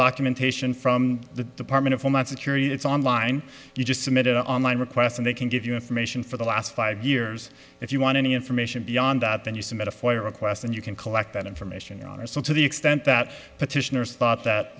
documentation from the department of homeland security it's online you just submitted online requests and they can give you information for the last five years if you want any information beyond that then you submit a fire request and you can collect that information on or sent to the extent that petitioners thought that